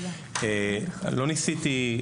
לא ניסיתי,